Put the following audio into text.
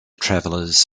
travelers